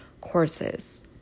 courses